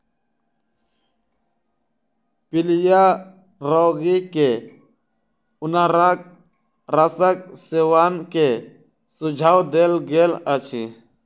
पीलिया रोगी के अनारक रसक सेवन के सुझाव देल गेल अछि